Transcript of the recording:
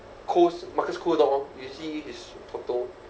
you see his photo